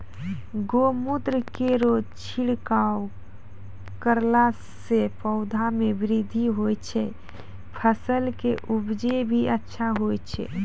गौमूत्र केरो छिड़काव करला से पौधा मे बृद्धि होय छै फसल के उपजे भी अच्छा होय छै?